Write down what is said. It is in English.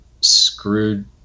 screwed –